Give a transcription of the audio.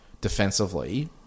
defensively